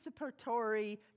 participatory